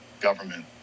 government